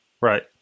Right